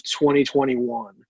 2021